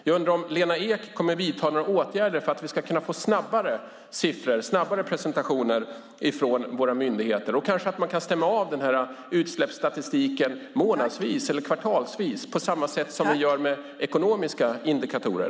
Jag undrar om Lena Ek kommer att vidta några åtgärder för att vi ska kunna få snabbare presentationer av siffror från våra myndigheter. Man kanske kan stämma av utsläppsstatistiken månadsvis eller kvartalsvis, på samma sätt som vi gör med ekonomiska indikatorer.